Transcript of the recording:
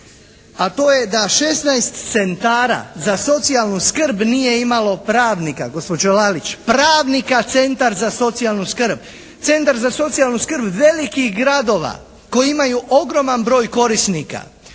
a to je da 16 centara za socijalnu skrb nije imalo pravnika, gospođo Lalić, pravnika centar za socijalnu skrb. Centar za socijalnu skrb velikih gradova koji imaju ogroman broj korisnika.